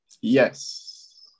yes